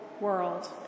world